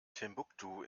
timbuktu